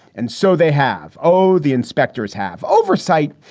and so they have oh, the inspectors have oversight.